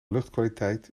luchtkwaliteit